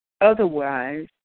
Otherwise